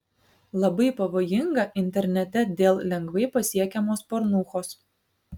labai pavojinga internete dėl lengvai pasiekiamos pornūchos